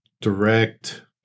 Direct